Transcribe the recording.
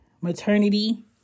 maternity